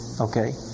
okay